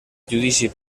judici